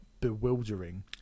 bewildering